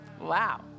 Wow